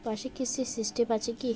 মাসিক কিস্তির সিস্টেম আছে কি?